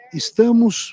estamos